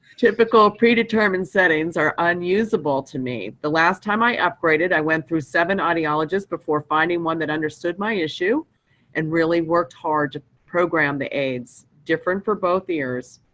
typical predetermined settings are unusable to me. the last time i upgraded i went through seven audiologists before finding one that understood my issue and worked hard to program the aids, different for both ears,